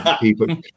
people